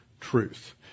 truth